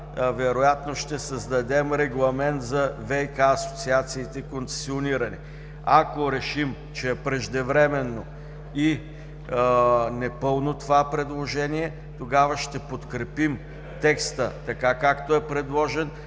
вероятно ще създадем регламент за концесиониране на ВиК асоциациите. А ако решим, че е преждевременно и непълно това предложение, тогава ще подкрепим текста, така както е предложен,